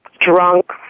drunk